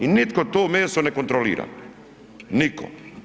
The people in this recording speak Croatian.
I nitko to meso ne kontrolira, nitko.